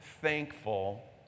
thankful